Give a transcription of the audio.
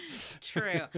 true